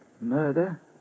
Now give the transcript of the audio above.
Murder